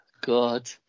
God